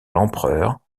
l’empereur